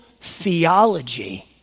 theology